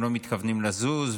ושהם לא מתכוונים לזוז,